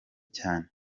cyane